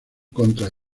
contra